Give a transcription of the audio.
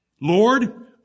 Lord